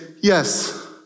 yes